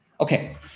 Okay